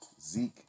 Zeke